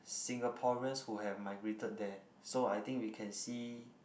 Singaporeans who had migrated there so I think we can see